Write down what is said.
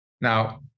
Now